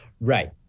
Right